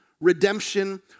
redemption